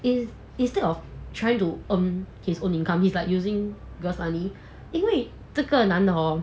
is instead of trying to earn his own income is like using girl's money 因为这个男的 hor